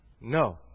No